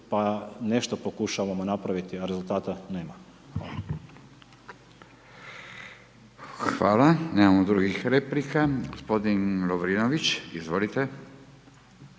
pa nešto pokušavamo napraviti a rezultata nema. **Radin, Furio (Nezavisni)** Hvala. Nemamo drugih replika. Gospodin Lovrinović, izvolite.